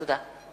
תודה.